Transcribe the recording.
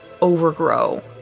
overgrow